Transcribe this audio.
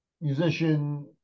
musician